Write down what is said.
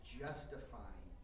justifying